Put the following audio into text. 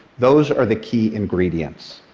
those are the key ingredients.